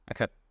Okay